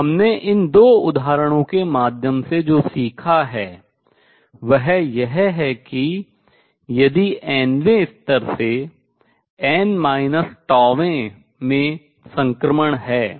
तो हमने इन दो उदाहरणों के माध्यम से जो सीखा है वह यह है कि यदि nवें स्तर से n τ वें में संक्रमण है